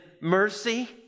mercy